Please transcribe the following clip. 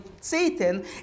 Satan